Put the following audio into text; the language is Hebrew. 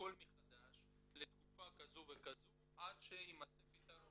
לשקול מחדש לתקופה כזו וכזו עד שיימצא פתרון